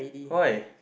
why